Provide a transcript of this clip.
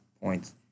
points